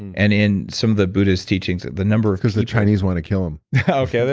and and in some of the buddhist teachings, the number of because the chinese want to kill him okay,